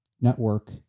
network